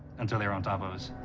until they were on top